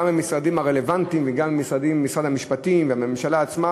גם מהמשרדים הרלוונטיים וגם ממשרד המשפטים והממשלה עצמה,